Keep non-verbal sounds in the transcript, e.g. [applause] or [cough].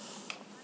[breath]